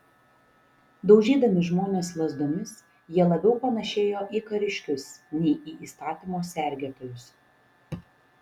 daužydami žmones lazdomis jie labiau panėšėjo į kariškius nei į įstatymo sergėtojus